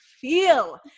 feel